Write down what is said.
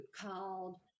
called